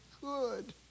good